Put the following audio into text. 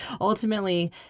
ultimately